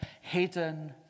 hidden